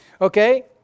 Okay